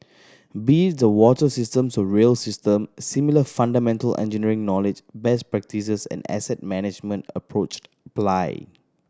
be it the water systems to rail system similar fundamental engineering knowledge best practices and asset management approached apply